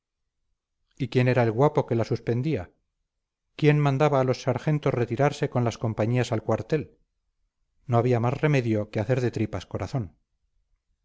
y quién era el guapo que la suspendía quién mandaba a los sargentos retirarse con las compañías al cuartel no había más remedio que hacer de tripas corazón